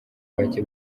bake